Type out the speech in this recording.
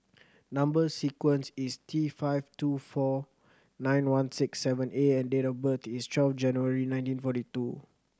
number sequence is T five two four nine one six seven A and date of birth is twelve January nineteen forty two